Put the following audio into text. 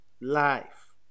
life